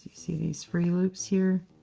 see these free loops here.